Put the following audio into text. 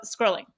scrolling